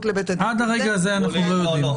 לבית הדין --- עד הרגע הזה אנחנו לא יודעים.